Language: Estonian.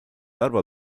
arvo